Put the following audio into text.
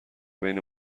بین